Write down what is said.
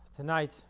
Tonight